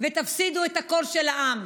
ותפסידו את הקול של העם.